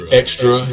extra